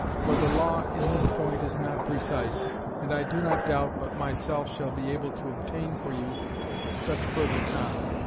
for the law in this point is not precise and i do not doubt, but my self shall be able, to obtain for you such further time,